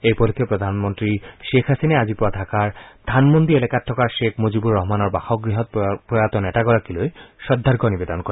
এই উপলক্ষে প্ৰধানমন্ত্ৰী শ্বেখ হাছিনাই আজি পুৱা ঢাকাৰ ধানমন্দি এলেকাত থকা শ্বেক মুজিবুৰ ৰহমানৰ বাসগৃহত প্ৰয়াত নেতাগৰাকীলৈ শ্ৰদ্ধাৰ্ঘ্য নিৱেদন কৰে